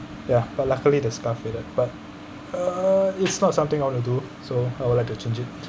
ya but luckily the scar faded but uh it's not something I want to do so I would like to change it